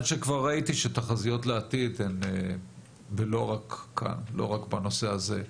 שכבר ראיתי שתחזיות לעתיד ולא רק בנושא הזה,